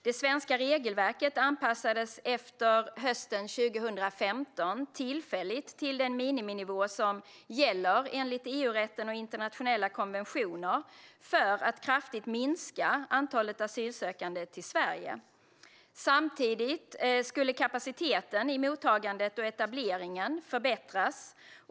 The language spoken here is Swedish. Det svenska regelverket anpassades efter hösten 2015 tillfälligt till den miniminivå som gäller enligt EU-rätten och internationella konventioner för att kraftigt minska antalet asylsökande till Sverige. Samtidigt skulle kapaciteten i mottagandet och etableringen förbättras.